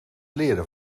leren